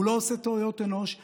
הוא לא עושה טעויות אנוש,